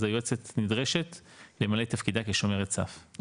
אז היועצת נדרשת למלא את תפקידה כשומרת סף,